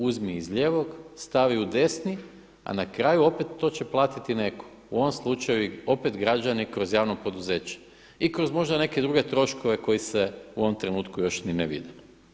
Uzmi iz lijevog, stavi u desni a na kraju opet to će platiti netko, u ovom slučaju opet građani kroz javno poduzeće i kroz možda neke druge troškove koji se u ovom trenutku još ni ne vide.